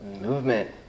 movement